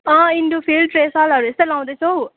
अँ इन्डोफिल फ्रेसलहरू यस्तै लाउँदैछु हौ